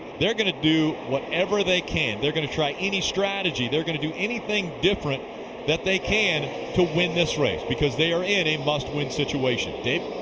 they're going to do whatever they can. they're going to try any strategy. they're going to do anything different that they can to win this race because they are in a must-win situation. dave?